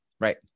Right